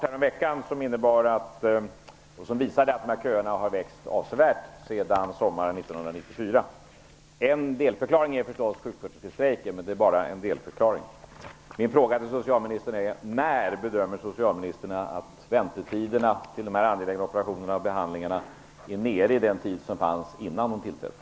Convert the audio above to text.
Härom veckan kom en rapport som visade att köerna har växt avsevärt sedan sommaren 1994. En delförklaring är förstås sjuksköterskestrejken, men det är som sagt bara en delförklaring. Min fråga är: När bedömer socialministern att väntetiderna till dessa angelägna operationer och behandlingar är nere på den nivå där de var innan socialministern tillträdde?